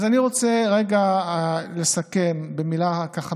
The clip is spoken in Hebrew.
אני רוצה לסכם במילה אחת,